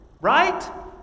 right